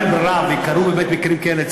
אם אין ברירה וקרו באמת מקרים כאלה,